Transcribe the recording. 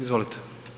Izvolite.